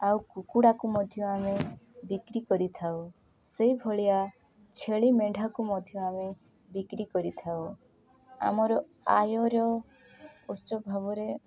ଆଉ କୁକୁଡ଼ାକୁ ମଧ୍ୟ ଆମେ ବିକ୍ରି କରିଥାଉ ସେଇଭଳିଆ ଛେଳି ମେଣ୍ଢାକୁ ମଧ୍ୟ ଆମେ ବିକ୍ରି କରିଥାଉ ଆମର ଆୟର ଉତ୍ସ ଭାବରେ